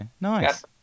Nice